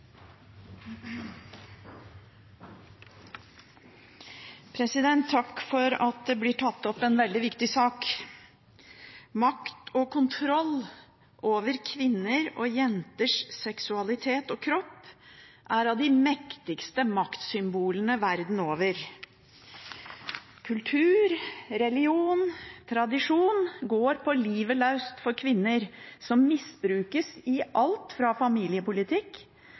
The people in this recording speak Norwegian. Takk for at det blir tatt opp en veldig viktig sak. Makt og kontroll over kvinners og jenters seksualitet og kropp er av de mektigste maktsymbolene verden over. Kultur, religion og tradisjon går på livet løs for kvinner, som misbrukes i alt fra familiepolitikk,